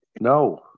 No